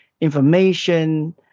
information